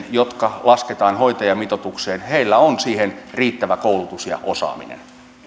jotka lasketaan hoitajamitoitukseen on siihen riittävä koulutus ja osaaminen